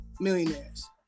millionaires